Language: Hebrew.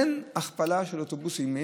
אין הכפלה של מספר האוטובוסים.